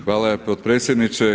Hvala potpredsjedniče.